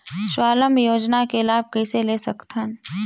स्वावलंबन योजना के लाभ कइसे ले सकथव?